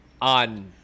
On